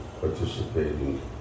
participating